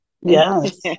Yes